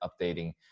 updating